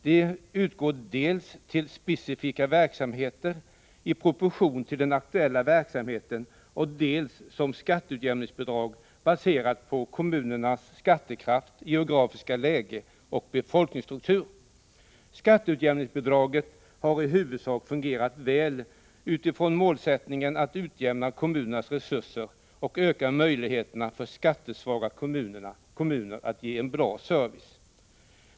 De utgår dels till specifika verksamheter i proportion till den aktuella verksamheten, dels som skatteutjämningsbidrag baserade på kommunernas skattekraft, geografiska läge och befolkningsstruktur. Skatteutjämningsbidragen har i huvudsak fungerat väl utifrån målsättningen att utjämna kommunernas resurser och öka möjligheterna för skattesvaga kommuner att ge en bra service.